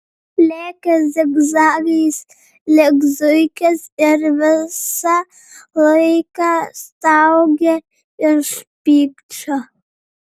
lėkė zigzagais lyg zuikis ir visą laiką staugė iš pykčio